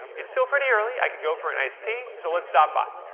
it's still pretty early, i could go for an iced tea, so let's stop by.